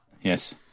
Yes